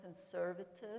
conservative